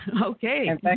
Okay